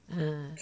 ah